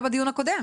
שכדאי.